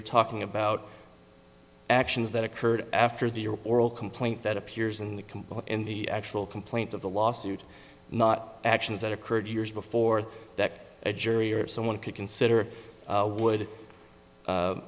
are talking about actions that occurred after the oral complaint that appears in the complaint in the actual complaint of the lawsuit not actions that occurred years before that a jury or someone could consider would